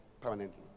permanently